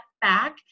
back